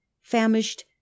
Famished